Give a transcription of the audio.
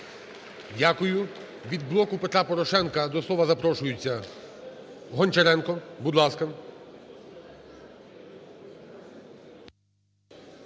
Дякую. Від "Блок Петра Порошенка" до слова запрошується Гончаренко. Будь ласка.